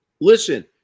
Listen